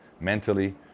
mentally